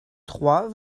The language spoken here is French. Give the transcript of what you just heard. trois